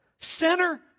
Sinner